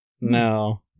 No